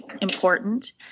important